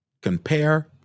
compare